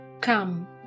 Come